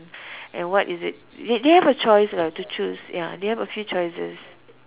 and what is it they they have a choice lah to choose ya they have a few choices